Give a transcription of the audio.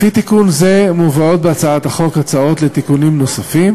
לפי תיקון זה מובאות בהצעת החוק הצעות לתיקונים נוספים